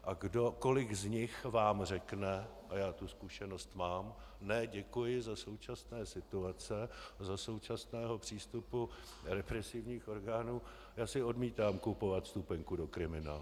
A kolik z nich vám řekne a já tu zkušenost mám ne, děkuji, za současné situace a za současného přístupu represivních orgánů si odmítám kupovat vstupenku do kriminálu.